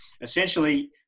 essentially